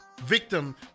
victim